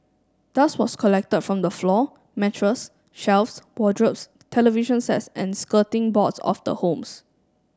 dust was collected from the floor mattress shelves wardrobes television sets and skirting boards of the homes